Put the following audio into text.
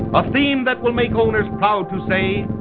but theme that will make owners proud to say,